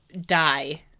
die